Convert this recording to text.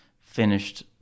finished